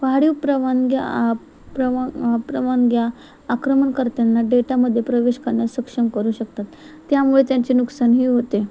पहाडी परवानग्या प्रवा परवानग्या आक्रमण करताना डेटामध्ये प्रवेश करण्यास सक्षम करू शकतात त्यामुळे त्यांचे नुकसानही होते